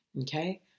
Okay